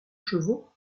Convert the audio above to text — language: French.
chevaux